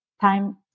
time